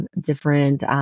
different